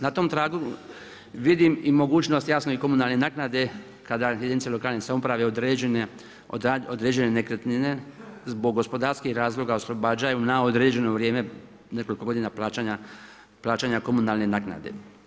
Na tom tragu vidim i mogućnost jasno i komunalne naknade kada jedinice lokalne samouprave određene nekretnine zbog gospodarskih razloga oslobađaju na određeno vrijeme, nekoliko godina plaćanja komunalne naknade.